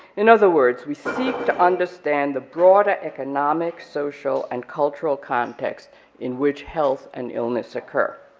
in other words, we seek to understand the broader economic, social, and cultural context in which health and illness occur,